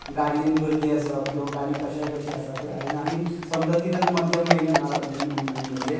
गाडयेन गर्दी आसप किंवां गाडी कश्याय कशी आसा ते आ आनी समजा ती जर मध्य म्हयने म्हणजे